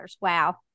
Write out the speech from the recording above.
Wow